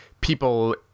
people